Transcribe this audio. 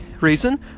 reason